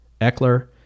Eckler